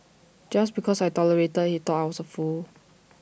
just because I tolerated he thought I was A fool